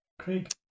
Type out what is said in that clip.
Craig